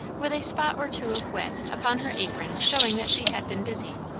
with a spot or two of wet upon her apron showing that she had been busy,